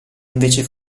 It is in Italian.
invece